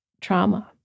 trauma